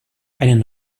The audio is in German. einen